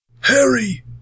Harry